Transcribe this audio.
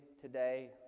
today